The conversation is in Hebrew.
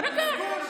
תירגע.